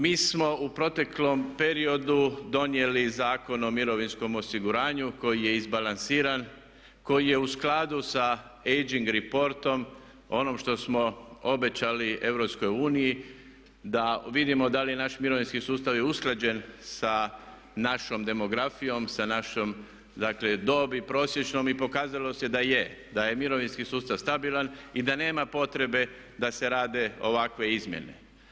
Mi smo u proteklom periodu donijeli Zakon o mirovinskom osiguranju koji je izbalansiran, koji je u skladu sa ageing reportom, onom što smo obećali EU da vidimo da li je naš mirovinski sustav je usklađen sa našom demografijom, sa našom dobi prosječnom i pokazalo se da je, da je mirovinski sustav stabilan i da nema potrebe da se rade ovakve izmjene.